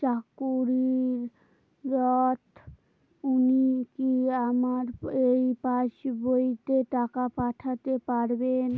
চাকুরিরত উনি কি আমার এই পাসবইতে টাকা পাঠাতে পারবেন?